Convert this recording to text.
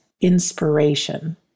inspiration